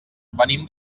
venim